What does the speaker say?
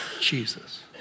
Jesus